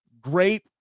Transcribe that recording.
great